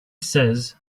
says